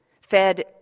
fed